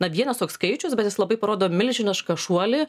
na vienas toks skaičius bet jis labai parodo milžinišką šuolį